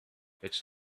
its